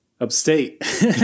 Upstate